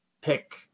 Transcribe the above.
pick